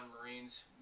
Marines